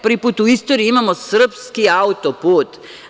Prvi put u istoriji imamo srpski auto-put.